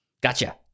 gotcha